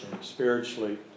spiritually